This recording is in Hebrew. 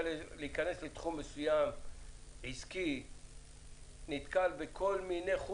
להיכנס לתחום עסקי מסוים נתקל בכל מיני דברים.